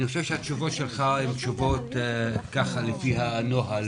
אני חושב שהתשובות שלך הן תשובות לפי הנוהל,